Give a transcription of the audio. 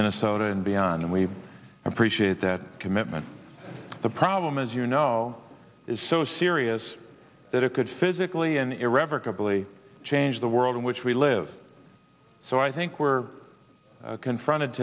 minnesota and beyond and we appreciate that commitment the problem as you know is so serious that it could physically and irrevocably change the world in which we live so i think we're confronted